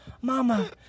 Mama